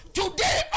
today